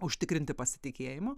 užtikrinti pasitikėjimo